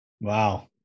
Wow